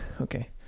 okay